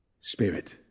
spirit